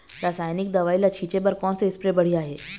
रासायनिक दवई ला छिचे बर कोन से स्प्रे बढ़िया हे?